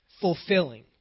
Fulfilling